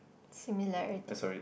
similarity